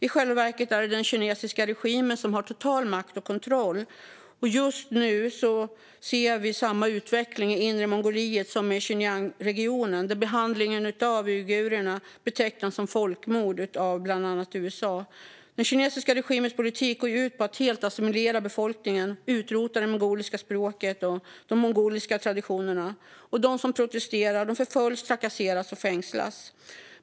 I själva verket är det den kinesiska regimen som har total makt och kontroll. Just nu ser vi samma utveckling i Inre Mongoliet som i Xinjiangregionen, där behandlingen av uigurerna betecknas som folkmord av bland andra USA. Den kinesiska regimens politik går ut på att helt assimilera befolkningen och utrota det mongoliska språket och de mongoliska traditionerna. De som protesterar förföljs, trakasseras och fängslas.